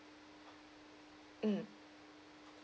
mm